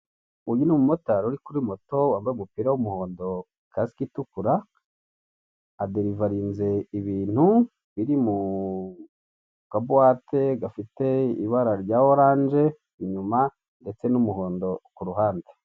Uyu ni umumotari uri kuri moto wambaye umupira w'umuhondo kasike itukura, aderivalinze ibintu biri mu kabuwate gafite ibara rya oranje inyuma, ndetse n'umuhondo kuruhande.